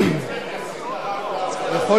הרב מצגר יחליף את הרב לאו.